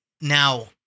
Now